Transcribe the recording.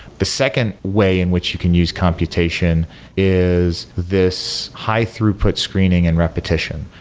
the second way in which you can use computation is this high throughput screening and repetition.